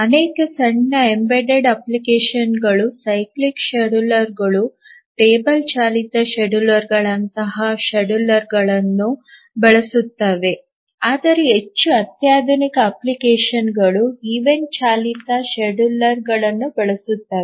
ಅನೇಕ ಸಣ್ಣ ಎಂಬೆಡೆಡ್ ಅಪ್ಲಿಕೇಶನ್ಗಳು ಸೈಕ್ಲಿಕ್ ಶೆಡ್ಯೂಲರ್ಗಳು ಟೇಬಲ್ ಚಾಲಿತ ಶೆಡ್ಯೂಲರ್ಗಳಂತಹ ಶೆಡ್ಯೂಲರ್ಗಳನ್ನು ಬಳಸುತ್ತವೆ ಆದರೆ ಹೆಚ್ಚು ಅತ್ಯಾಧುನಿಕ ಅಪ್ಲಿಕೇಶನ್ಗಳು ಈವೆಂಟ್ ಚಾಲಿತ ಶೆಡ್ಯೂಲರ್ಗಳನ್ನು ಬಳಸುತ್ತವೆ